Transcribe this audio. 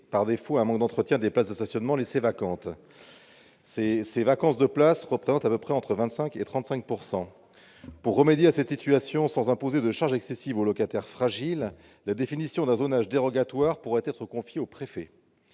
et un manque d'entretien des places de stationnement laissées vacantes faute de locataire. La vacance des places de stationnement est évaluée entre 25 % et 35 %. Pour remédier à cette situation sans imposer de charge excessive aux locataires fragiles, la définition d'un zonage dérogatoire pourrait être confiée au préfet.